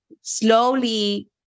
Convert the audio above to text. slowly